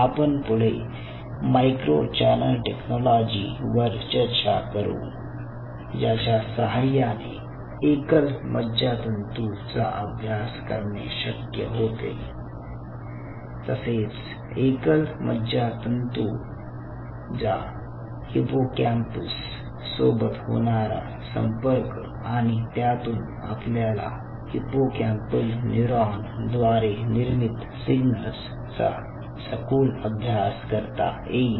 आपण पुढे micro channel technology वर चर्चा करू ज्याच्या सहाय्याने एकल मज्जातंतू जा अभ्यास करणे शक्य होते तसेच एकल मज्जा तंतुजा हिप्पोकॅम्पस सोबत होणारा संपर्क आणि त्यातून आपल्याला हिप्पोकॅम्पल न्यूरॉन द्वारे निर्मित सिग्नल्स चा सखोल अभ्यास करता येईल